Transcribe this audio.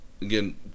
Again